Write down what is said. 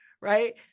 right